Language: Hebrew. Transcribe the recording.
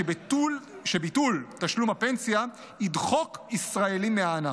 שביטול תשלום הפנסיה ידחק ישראלים מהענף,